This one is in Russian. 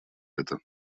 это